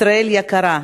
ישראל יקרה?